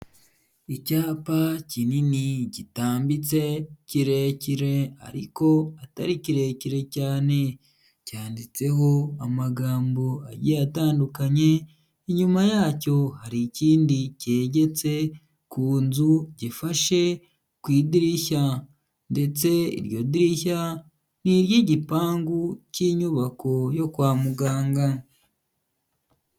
Icyapa kinini gitambitse kirekire ariko atari kirekire cyane cyandikeho amagambo agiye atandukanye, inyuma yacyo hari ikindi cyegetse ku nzu gifashe ku idirishya ndetse iryo dirishya ni iry'igipangu cy'inyubako yo kwa muganga.